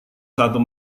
satu